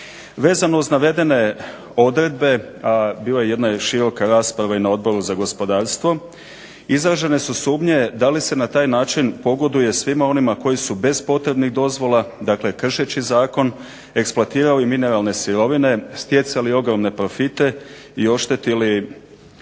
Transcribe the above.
Vezano uz navedene odredbe a bilo je jedna široka rasprava na Odboru za gospodarstvo izražene su sumnje da li se na taj način pogoduje svima onima koji su bez potrebnih dozvola dakle kršeći zakon eksploatirali mineralne sirovine, stjecali ogromne profite i oštetili državu